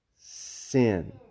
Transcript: sin